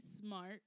smart